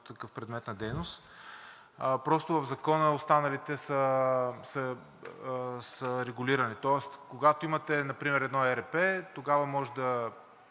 предмет на дейност. Нищо подобно. Просто в закона останалите са регулирани, тоест когато имате например едно ЕРП, тогава може да